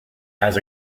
has